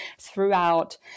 throughout